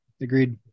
agreed